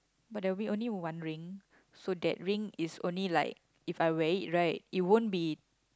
but there'll be only one ring so that ring is only like If I wear it right it won't be